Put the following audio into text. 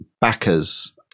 backers